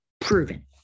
proven